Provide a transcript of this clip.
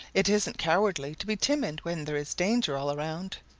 it isn't cowardly to be timid when there is danger all around.